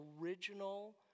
original